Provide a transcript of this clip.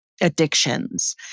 addictions